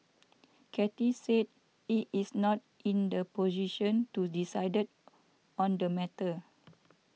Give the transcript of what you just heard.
Cathay said it is not in the position to decided on the matter